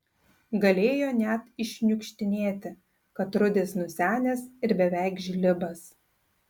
galėjo net iššniukštinėti kad rudis nusenęs ir beveik žlibas